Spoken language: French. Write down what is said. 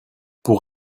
pour